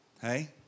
hey